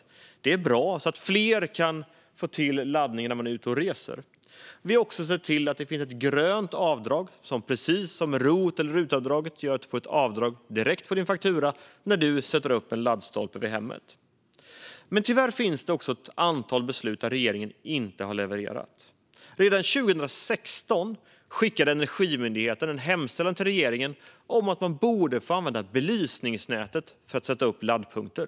Detta är bra för att fler ska kunna få till laddningen när de är ute och reser. Vi har också sett till att det finns ett grönt avdrag som, precis som rot eller rutavdraget, gör att man får ett avdrag direkt på fakturan när man sätter upp en laddstolpe vid hemmet. Men tyvärr finns det också ett antal beslut där regeringen inte har levererat. Redan 2016 skickade Energimyndigheten en hemställan till regeringen om att belysningsnätet borde få användas för att sätta upp laddpunkter.